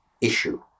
issue